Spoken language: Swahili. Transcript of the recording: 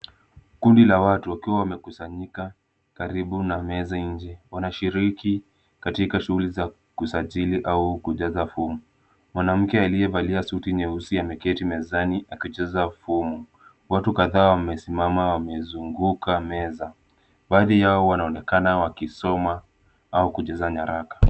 Kundi la watu wakiwa wamekusanyika karibu na meza nje. Wanashiriki katika shughuli za kusajili au kuweka fomu. Mwanamke aliyevalia suti nyeusi ameketi mezani akijaza fomu. Watu kadhaa wamesimama wamezunguka meza. Baadhi yao wanaonekana wakisoma au kujaza nyaraka.